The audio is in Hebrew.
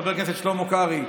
חבר הכנסת שלמה קרעי,